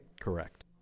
Correct